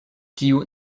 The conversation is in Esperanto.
tiu